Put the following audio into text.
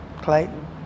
Clayton